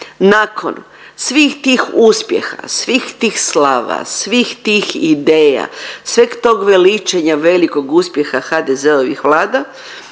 Nakon svih tih uspjeha, svih ti slava, svih tih ideja, sveg tog veličanja velikog uspjeha HDZ-ovih vlada